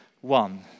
one